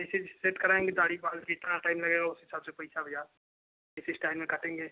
जैसे सेट कराएंगे दाड़ी बाल जितना टाइम लगेगा उस हिसाब से पैसा भैया किस इश्टाइल में काटेंगे